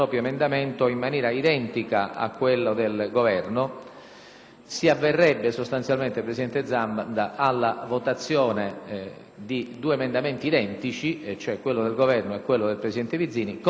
del Governo, si arriverebbe, presidente Zanda, alla votazione di due emendamenti identici, quello del Governo e quello del presidente Vizzini, con l'accoglimento del subemendamento del senatore Cabras.